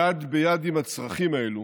יד ביד עם הצרכים האלה